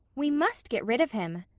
we must get rid of him,